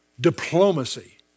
diplomacy